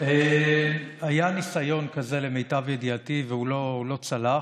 היה ניסיון כזה, למיטב ידיעתי, והוא לא צלח,